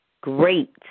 great